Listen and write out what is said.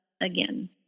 again